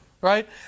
Right